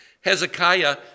Hezekiah